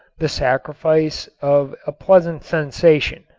the sacrifice of a pleasant sensation.